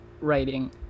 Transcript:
writing